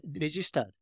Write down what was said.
registered